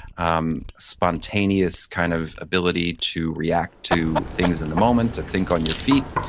um spontaneous kind of ability to react to things in the moment, to think on your feet.